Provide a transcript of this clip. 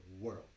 world